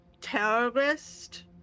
terrorist